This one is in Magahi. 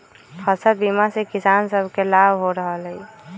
फसल बीमा से किसान सभके लाभ हो रहल हइ